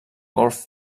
golf